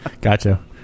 Gotcha